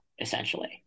essentially